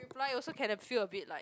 reply also can feel a bit like